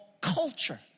culture